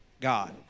God